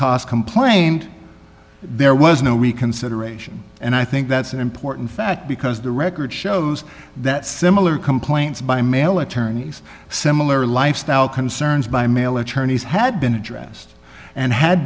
cost complained there was no reconsideration and i think that's an important fact because the record shows that similar complaints by mail attorneys similar lifestyle concerns by mail attorneys had been addressed and had